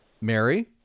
Mary